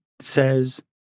says